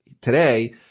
today